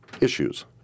issues